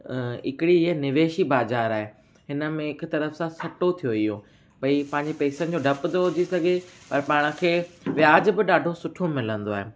हिकिड़ी ईअं निवेशी बाज़ार आहे हिन में हिकु तरफ़ सां सटो थियो इहो भाई पंहिंजे पैसनि जो डपु थो हुजी सघे पर पाण खे व्याजु बि ॾाढो सुठो मिलंदो आहे